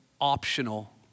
optional